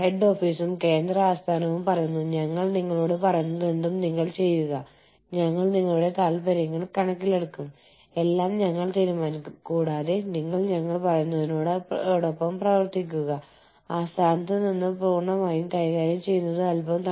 outsourcing എന്നത് നിങ്ങൾ നിങ്ങളുടെ പ്രവർത്തനങ്ങൾ നിങ്ങളുടെ രാജ്യത്ത് നിന്ന് എടുക്കുകയും നിങ്ങളുടെ മാതൃരാജ്യത്തിന്റെ അതിർത്തിക്ക് പുറത്ത് കൊണ്ടുപോകുകയും ചെയ്യുന്നതാണ്